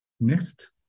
Next